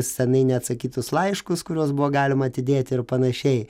seniai neatsakytus laiškus kuriuos buvo galima atidėti ir panašiai